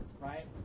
right